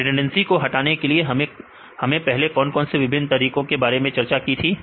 redundancy को हटाने के लिए हमने पहले कौन कौन से विभिन्न तरीकों के बारे में चर्चा की थी